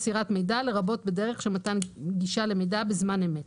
"מסירת מידע" לרבות בדרך של מתן גישה למידע בזמן אמת.